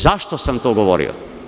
Zašto sam to govorio?